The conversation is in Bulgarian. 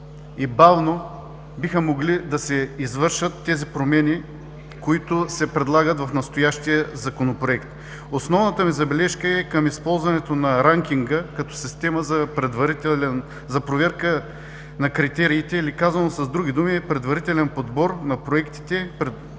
и бавно биха могли да се извършат тези промени, които се предлагат в настоящия Законопроект. Основната ми забележка е към използването на ранкинга като система за проверка на критериите, или казано с други думи – предварителен подбор на проектните предложения